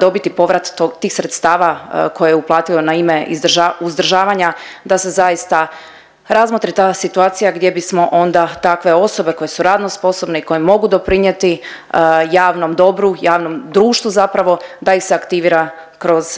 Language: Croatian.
dobiti povrat tih sredstava koje je uplatio na ime uzdržavanja da se zaista razmotri ta situacija gdje bismo onda takve osobe koje su radno sposobne i koje mogu doprinijeti javnom dobru, javnom društvu zapravo da ih se aktivira kroz javni